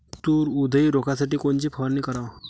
तूर उधळी रोखासाठी कोनची फवारनी कराव?